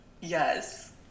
Yes